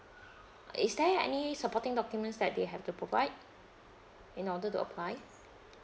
is there any supporting documents that they have to provide in order to apply